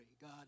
God